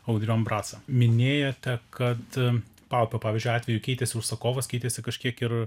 audrių ambrasą minėjote kad paupio pavyzdžio atveju keitėsi užsakovas keitėsi kažkiek ir